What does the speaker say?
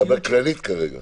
אתה מדבר כללית על הצעת החוק.